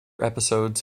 episodes